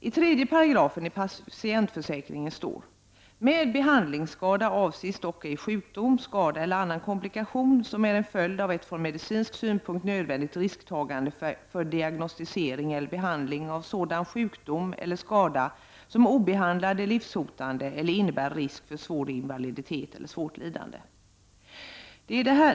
I 3§ patientförsäkringen står: Med behandlingsskada avses dock ej sjukdom, skada eller annan komplikation som är en följd av ett från medicinsk synpunkt nödvändigt risktagande för diagnostisering eller behandling av sådan sjukdom eller skada som obehandlad är livshotande eller innebär risk för svår invaliditet eller svårt lidande.